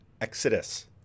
exodus